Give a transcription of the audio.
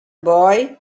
boy